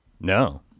No